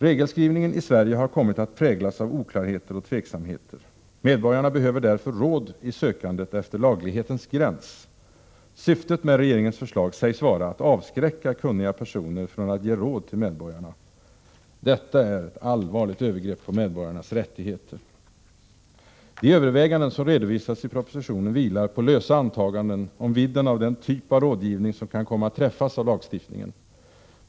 Regelskrivningen i Sverige har kommit att präglas av oklarheter och tveksamheter; medborgarna behöver därför råd i sökandet efter laglighetens gräns. Syftet med regeringens förslag sägs vara att avskräcka kunniga personer från att ge råd till medborgarna. Detta är ett allvarligt övergrepp på medborgarnas rättigheter. De överväganden som redovisas i propositionen vilar på lösa antaganden om vidden av den typ av rådgivning som kan komma att träffas av lagstiftningen.